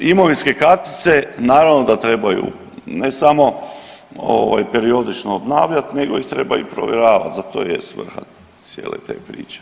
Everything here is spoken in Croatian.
Imovinske kartice naravno da trebaju, ne samo ovaj periodično obnavljati nego ih treba i provjeravati, za to je svrha cijele te priče.